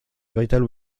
véritable